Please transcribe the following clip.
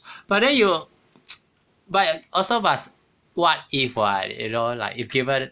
but then you but also must what if what you know like if given